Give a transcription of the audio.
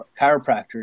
chiropractors